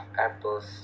apples